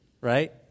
right